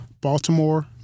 Baltimore